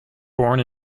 born